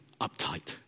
uptight